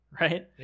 Right